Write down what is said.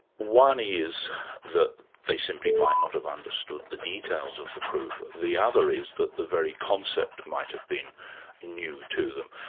one is that they simply might not have understood the details of the proof the other is that the very concept might have been new to them.